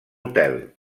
hotel